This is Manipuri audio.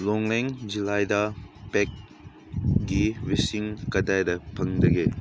ꯂꯣꯡꯂꯦꯡ ꯖꯤꯂꯥꯏꯗ ꯄꯦꯗꯒꯤ ꯚꯦꯛꯁꯤꯟ ꯀꯗꯥꯏꯗ ꯐꯪꯗꯒꯦ